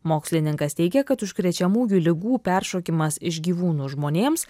mokslininkas teigia kad užkrečiamųjų ligų peršokimas iš gyvūnų žmonėms